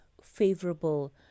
favorable